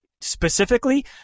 specifically